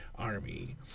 Army